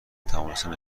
توانستند